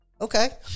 Okay